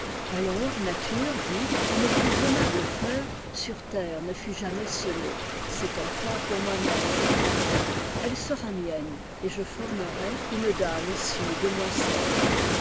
alors nature dit une plus aimable fleur sur terre ne fut jamais semée cette enfant pour moi-même je prendrai elle sera mienne et je formerai une dame issue de moi seule